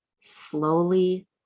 slowly